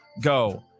go